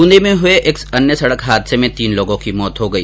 बूंदी में हुए एक सड़क हादसे में तीन लोगों की मौत हो गई